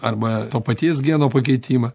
arba to paties geno pakeitimą